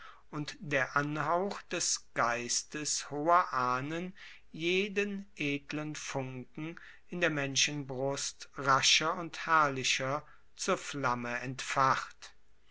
und der anhauch des geistes hoher ahnen jeden edlen funken in der menschenbrust rascher und herrlicher zur flamme entfacht